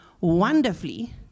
wonderfully